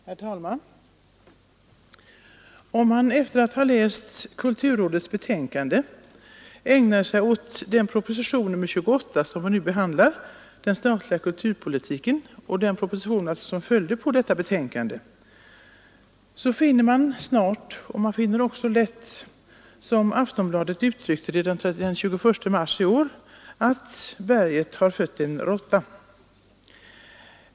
Herr talman! Om man efter att ha läst kulturrådets betänkande ägnar sig åt den proposition, nr 28, som vi nu behandlar, den statliga kulturpolitiken, och som följde på detta betänkande, finner man både snart och lätt, som Aftonbladet uttryckte det den 21 mars i år, att ”berget har fött en råtta”.